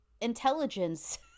Intelligence